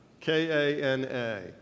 K-A-N-A